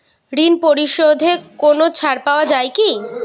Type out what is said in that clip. ঋণ পরিশধে কোনো ছাড় পাওয়া যায় কি?